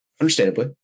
understandably